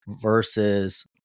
versus